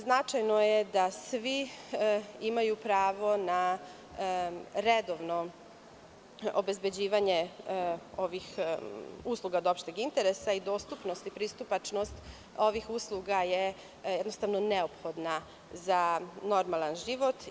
Značajno je da svi imaju pravo na redovno obezbeđivanje ovih usluga od opšteg interesa i dostupnost i pristupačnost ovih usluga je jednostavno neophodna za normalan život.